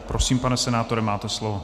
Prosím, pane senátore, máte slovo.